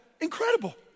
incredible